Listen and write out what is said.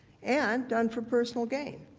and done for personal gain.